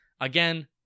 Again